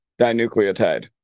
dinucleotide